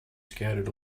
scattered